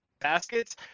baskets